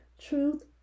truth